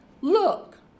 Look